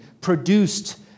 produced